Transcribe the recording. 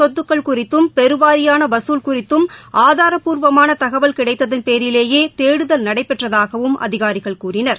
சொத்துக்கள் குறித்தும் பெருவாரியானவசூல் குறித்தும் ஆதாரப்பூர்வமானதகவல் கிடைத்ததன் பேரிலேயேதேடுதல் நடைபெற்றதாகவும் அதிகாரிகள் கூறினர்